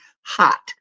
hot